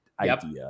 idea